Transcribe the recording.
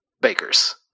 bakers